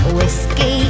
Whiskey